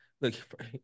Look